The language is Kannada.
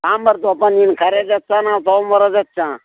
ತೊಂಬರ್ತೇವಪ್ಪ ನೀನು ಕರೆದು ಹೆಚ್ಚಾ ನಾವು ತೊಗೊಂಬರೋದು ಹೆಚ್ಚಾ